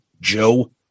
Joe